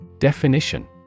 Definition